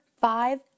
five